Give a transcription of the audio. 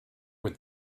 with